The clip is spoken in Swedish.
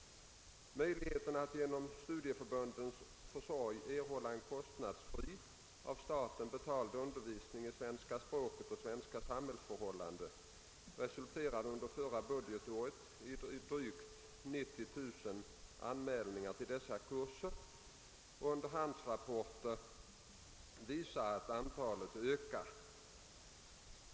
Möjligheten att genom studieförbundens försorg erhålla kostnadsfri, av staten betald undervisning i svenska språket och svenska samhällsförhållanden resulterade under förra budgetåret i drygt 90 000 anmälningar till dessa kurser, och underhandsrapporter visar att antalet ökar.